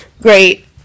great